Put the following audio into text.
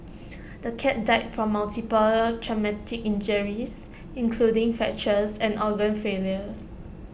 the cat died from multiple traumatic injuries including fractures and organ failure